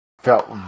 felt